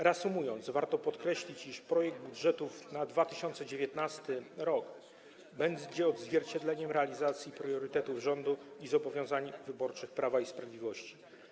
Reasumując, warto podkreślić, iż projekt budżetu na 2019 r. będzie odzwierciedleniem realizacji priorytetów rządu i zobowiązań wyborczych Prawa i Sprawiedliwości.